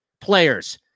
players